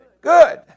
good